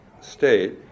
state